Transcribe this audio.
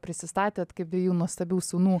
prisistatėt kaip dviejų nuostabių sūnų